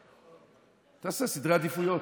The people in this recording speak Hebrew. תנסה סדרי עדיפויות.